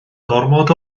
gormod